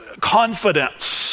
confidence